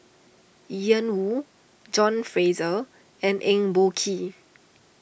Ian Woo John Fraser and Eng Boh Kee